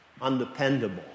undependable